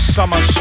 Summer